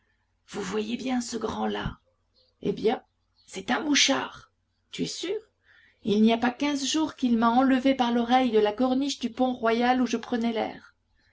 vous voyez bien ce grand là eh bien c'est un mouchard tu es sûr il n'y a pas quinze jours qu'il m'a enlevé par l'oreille de la corniche du pont royal où je prenais l'air